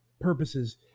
purposes